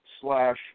slash